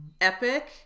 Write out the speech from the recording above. epic